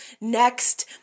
next